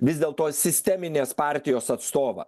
vis dėlto sisteminės partijos atstovą